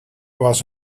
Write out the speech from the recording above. was